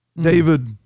David